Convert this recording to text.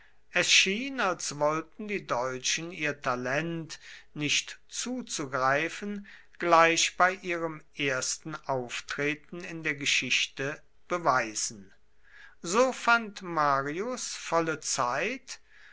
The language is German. es schien als wollten die deutschen ihr talent nicht zuzugreifen gleich bei ihrem ersten auftreten in der geschichte beweisen so fand marius volle zeit